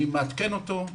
אני מעדכן אותו,